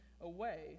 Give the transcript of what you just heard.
away